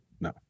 no